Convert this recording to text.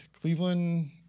Cleveland